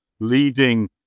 Leading